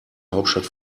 hauptstadt